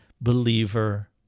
believer